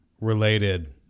related